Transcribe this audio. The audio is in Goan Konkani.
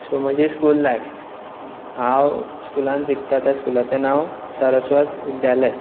सो म्हजी स्कूल लायफ हांव स्कुलान शिकता त्या स्कूलाचे नांव सरस्वत विद्यालय